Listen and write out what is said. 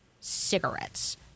cigarettes